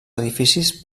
edificis